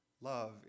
Love